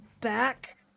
back